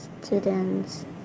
students